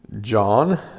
John